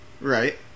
Right